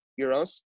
euros